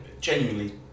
genuinely